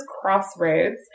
Crossroads